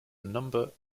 number